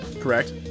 correct